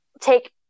take